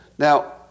Now